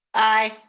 aye.